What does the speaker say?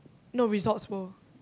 no Resorts-World